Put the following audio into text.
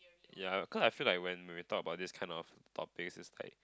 ya cause I feel like when we talk about this kind of topics it's like